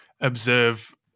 observe